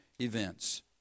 events